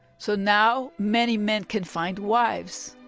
so now many men can't find wives!